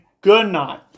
goodnight